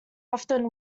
often